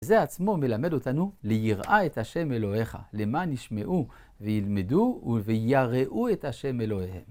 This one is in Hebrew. זה עצמו מלמד אותנו ליראה את השם אלוהיך, למען ישמעו וילמדו ויראו את השם אלוהיהם.